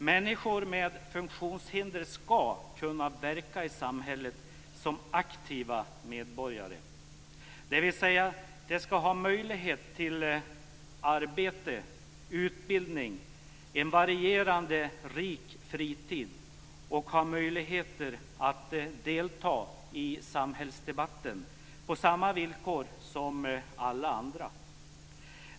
Människor med funktionshinder ska kunna verka i samhället som aktiva medborgare, dvs. de ska ha möjligheter till arbete, utbildning och en varierande rik fritid och ha möjligheter att delta i samhällsdebatten på samma villkor som alla andra.